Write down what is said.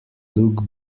luc